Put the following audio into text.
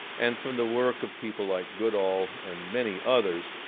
and from the work of people like goodall and many others,